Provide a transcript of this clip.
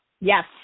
Yes